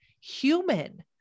human